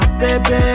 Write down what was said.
baby